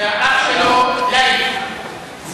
והאח שלו, ליית, אהלן.